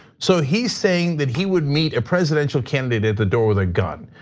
so he's saying that he would meet a presidential candidate at the door with a gun.